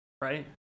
right